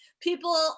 people